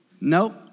Nope